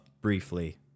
briefly